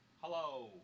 Hello